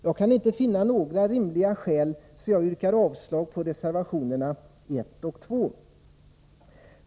Jag kan inte finna några rimliga skäl, så jag yrkar avslag på reservationerna 1 och 2.